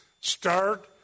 start